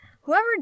Whoever